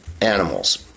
Animals